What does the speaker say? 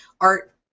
art